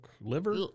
liver